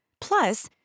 Plus